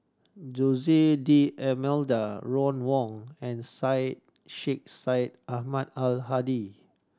Jose D'Almeida Ron Wong and Syed Sheikh Syed Ahmad Al Hadi